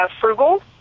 frugal